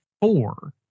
four